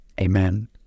amen